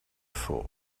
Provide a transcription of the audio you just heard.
for